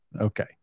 Okay